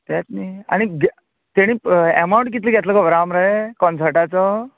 तेत न्ही आनी तेणी एमावन्ट कितले घेतला खबर आसा मरे काॅन्सर्टाचो